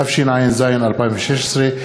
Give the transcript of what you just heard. התשע"ז 2016,